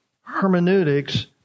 hermeneutics